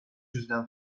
yüzden